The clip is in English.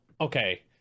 okay